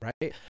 right